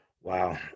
Wow